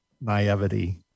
naivety